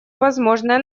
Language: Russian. возможное